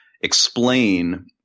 explain